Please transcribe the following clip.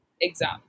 exam